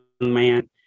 man